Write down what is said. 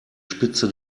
spitze